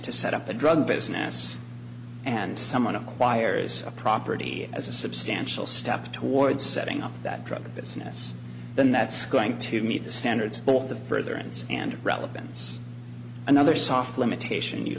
to set up a drug business and someone acquires a property as a substantial step towards setting up that drug business then that's going to meet the standards all the further ins and relevance another soft limitation you